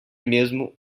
mesmo